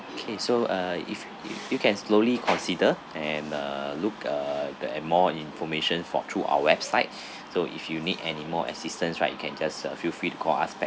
okay so uh if you can slowly consider and uh look uh the a more information for through our website so if you need any more assistance right you can just uh feel free to call us back